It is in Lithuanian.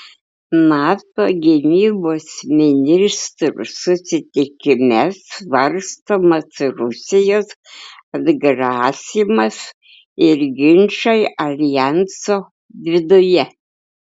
nato gynybos ministrų susitikime svarstomas rusijos atgrasymas ir ginčai aljanso viduje